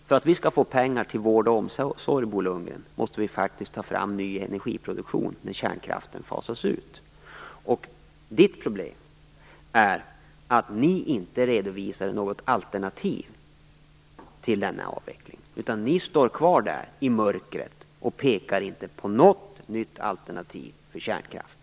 För att vi skall få pengar till vård och omsorg, Bo Lundgren, måste vi faktiskt ta fram ny energiproduktion när kärnkraften fasas ut. Bo Lundgrens problem är att Moderaterna inte redovisar något alternativ till denna avveckling. De står kvar där, i mörkret, och pekar inte på något nytt alternativ till kärnkraften.